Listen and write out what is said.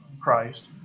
Christ